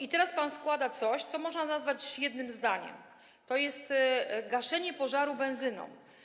A teraz pan składa coś, co można nazwać jednym zdaniem: To jest gaszenie pożaru benzyną.